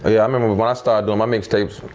ah yeah i remember when i started doing my mixtapes,